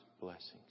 blessings